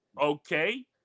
okay